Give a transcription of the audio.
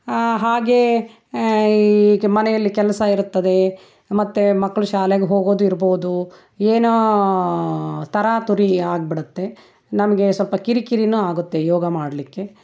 ಹಾಗೇ ಈಗ ಮನೆಯಲ್ಲಿ ಕೆಲಸ ಇರ್ತದೆ ಮತ್ತು ಮಕ್ಕಳು ಶಾಲೆಗೆ ಹೋಗೋದು ಇರ್ಬೋದು ಏನೋ ತರಾತುರಿ ಆಗ್ಬಿಡುತ್ತೆ ನಮಗೆ ಸ್ವಲ್ಪ ಕಿರಿಕಿರಿನೂ ಆಗುತ್ತೆ ಯೋಗ ಮಾಡಲಿಕ್ಕೆ